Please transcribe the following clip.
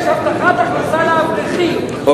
יש הבטחת הכנסה לאברכים,